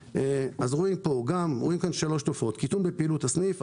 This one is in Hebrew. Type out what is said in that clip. רואים כאן שלוש תופעות: קיטון בפעילות הסניף,